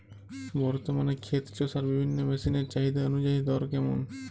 বর্তমানে ক্ষেত চষার বিভিন্ন মেশিন এর চাহিদা অনুযায়ী দর কেমন?